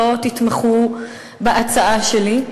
לא תתמוך בהצעה שלי.